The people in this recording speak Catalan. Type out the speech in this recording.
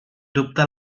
dubte